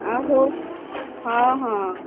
ଆଉ ହଁ ହଁ